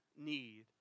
need